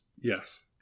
yes